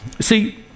See